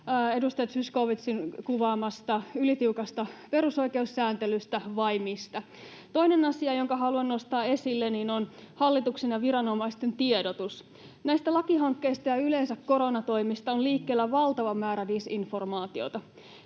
edustaja Zyskowiczin kuvaamasta ylitiukasta perusoikeussääntelystä vai mistä? Toinen asia, jonka haluan nostaa esille, on hallituksen ja viranomaisten tiedotus. Näistä lakihankkeista ja yleensä koronatoimista on liikkeellä valtava määrä disinformaatiota.